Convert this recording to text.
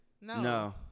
No